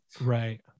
Right